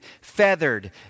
feathered